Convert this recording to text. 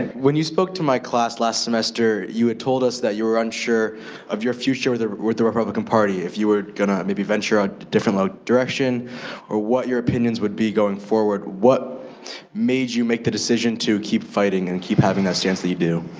when you spoke to my class last semester, you had told us that you're unsure of your future with with the republican party if you were gonna maybe venture a different like direction or what your opinions would be going forward, what made you make the decision to keep fighting and keep having that stance that you do?